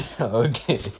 Okay